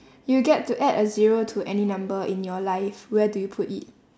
you get to add a zero to any number in your life where do you put it